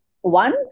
one